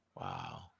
Wow